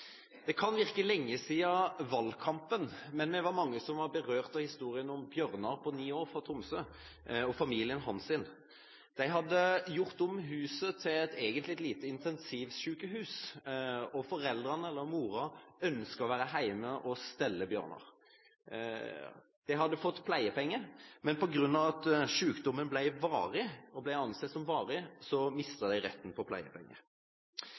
Det kan virke lenge siden valgkampen, men vi var mange som var berørt av historien om Bjørnar på ni år fra Tromsø og familien hans. De hadde gjort om huset til egentlig et lite intensivsykehus, og moren ønsket å være hjemme og stelle Bjørnar. De hadde fått pleiepenger, men på grunn av at sykdommen var å anse som varig, mistet de retten til pleiepenger.